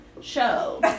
show